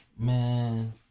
Man